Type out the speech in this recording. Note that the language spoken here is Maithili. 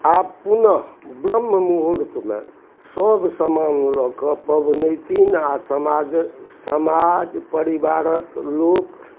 आओर पुनः ब्रह्ममुहूर्तमे सब समान लऽ कऽ पबनैतिन आओर सब समाज समाज परिवारके लोक